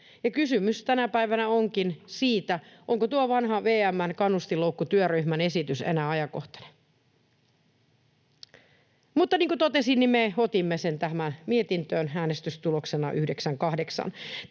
kysymys tänä päivänä onkin siitä, onko tuo vanha VM:n kannustinloukkutyöryhmän esitys enää ajankohtainen. Mutta niin kuin totesin, niin me otimme sen tähän mietintöön äänestystuloksena 9—8.